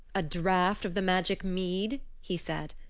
a draught of the magic mead? he said.